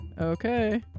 Okay